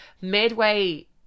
midway